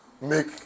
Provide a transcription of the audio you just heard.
make